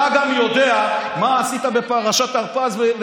אתה גם יודע מה עשית בפרשת הרפז.